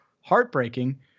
heartbreaking